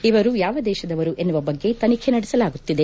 ಇವರು ಯಾವ ದೇಶದವರು ಎನ್ನುವ ಬಗ್ಗೆ ತನಿಖೆ ನಡೆಸಲಾಗುತ್ತಿದೆ